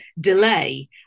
delay